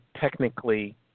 technically